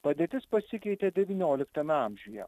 padėtis pasikeitė devynioliktame amžiuje